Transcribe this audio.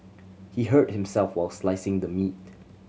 he hurt himself while slicing the meat